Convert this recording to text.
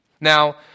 Now